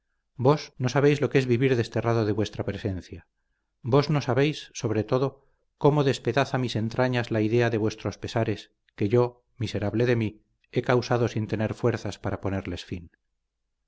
vos no sabéis lo que es vivir desterrado de vuestra presencia vos no sabéis sobre todo cómo despedaza mis entrañas la idea de vuestros pesares que yo miserable de mí he causado sin tener fuerzas para ponerles fin